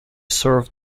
served